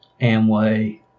Amway